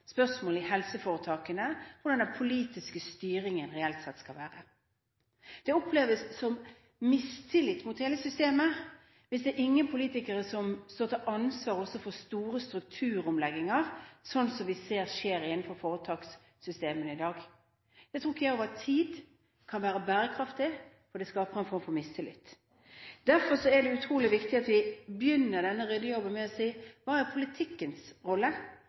i helseforetakene hvordan den politiske styringen reelt sett skal være. Det oppleves som mistillit mot hele systemet hvis ingen politikere står til ansvar også for store strukturomlegginger, slik vi ser skjer innenfor foretakssystemene i dag. Det tror jeg ikke over tid kan være bærekraftig, og det skaper en form for mistillit. Derfor er det utrolig viktig at vi begynner denne ryddejobben med å spørre: Hva er politikkens rolle?